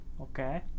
Okay